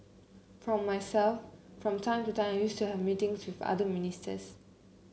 for myself from time to time I used to have meetings with other ministers